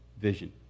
vision